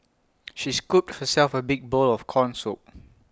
she scooped herself A big bowl of Corn Soup